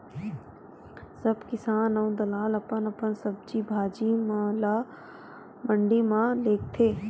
सब किसान अऊ दलाल अपन अपन सब्जी भाजी म ल मंडी म लेगथे